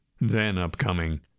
then-upcoming